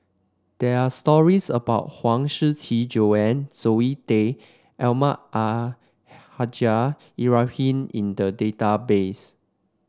there are stories about Huang Shiqi Joan Zoe Tay Almahdi Al Haj Ibrahim in the database